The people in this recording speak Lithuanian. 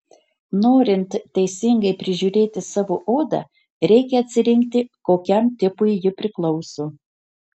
norint teisingai prižiūrėti savo odą reikia atsirinkti kokiam tipui ji priklauso